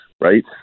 right